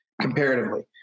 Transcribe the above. comparatively